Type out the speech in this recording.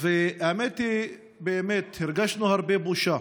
והאמת היא שבאמת הרגשנו הרבה בושה